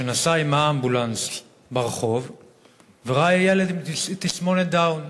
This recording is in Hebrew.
שנסע עם האמבולנס ברחוב וראה ילד עם תסמונת דאון.